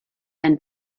ein